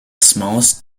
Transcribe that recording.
smallest